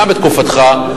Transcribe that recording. גם בתקופתך,